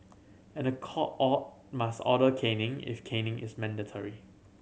and the court all must order caning if caning is mandatory